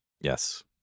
yes